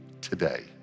today